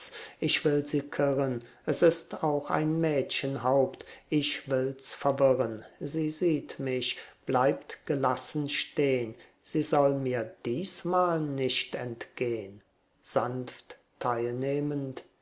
ich will sie kirren s ist auch ein mädchenhaupt ich will's verwirren sie sieht mich bleibt gelassen stehn sie soll mir diesmal nicht entgehn sanft teilnehmend